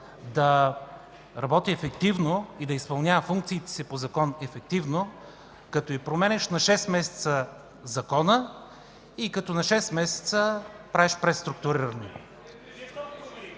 да работи ефективно, да изпълнява функциите си по закон ефективно е като й променяш закона на шест месеца и като на шест месеца правиш преструктуриране.